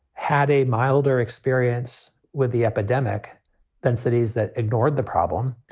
had a milder experience with the epidemic than cities that ignored the problem.